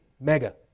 mega